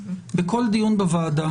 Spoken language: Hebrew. בכל דיון בוועדה